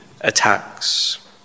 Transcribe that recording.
attacks